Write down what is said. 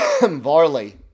Varley